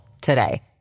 today